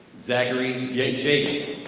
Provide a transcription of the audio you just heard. zachary jaden.